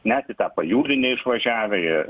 net į tą pajūrį neišvažiavę jie